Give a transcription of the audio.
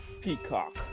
Peacock